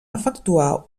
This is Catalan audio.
efectuar